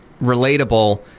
relatable